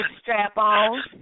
strap-on